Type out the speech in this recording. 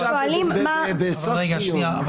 שואלים מה --- אבל אנחנו עכשיו בסוף דיון.